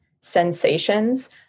sensations